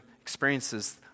experiences